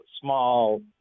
small